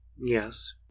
Yes